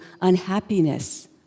unhappiness